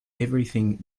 everything